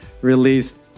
released